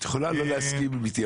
את יכולה לא להסכים איתי,